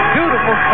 Beautiful